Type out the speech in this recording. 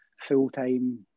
full-time